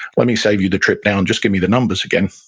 let me save you the trip down. just give me the numbers again.